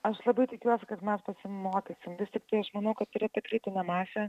aš labai tikiuosi kad mes pasimokysim vis tiktai aš manau kad yra kritinė masė